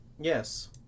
yes